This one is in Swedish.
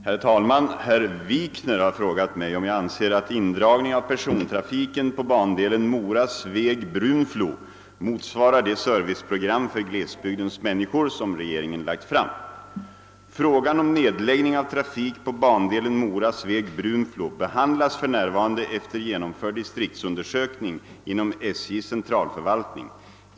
Herr talman! Herr Wikner har frågat mig, om jag anser att indragning av persontrafiken på bandelen Mora— Sveg—Brunflo motsvarar de serviceprogram för glesbygdens människor som regeringen lagt fram. Frågan om nedläggning av trafik på bandelen Mora—Sveg—Brunflo behandlas för närvarande — efter genomförd distriktsundersökning — inom SJ:s centralförvaltning.